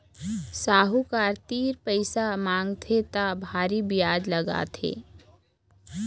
साहूकार तीर पइसा मांगबे त भारी बियाज लागथे